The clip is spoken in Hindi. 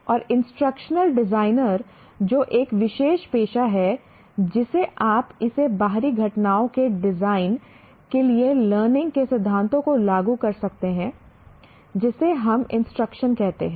और इंस्ट्रक्शनल डिजाइनर जो एक विशेष पेशा है जिसे आप इसे बाहरी घटनाओं के डिजाइन के लिए लर्निंग के सिद्धांतों को लागू कर सकते हैं जिसे हम इंस्ट्रक्शन कहते हैं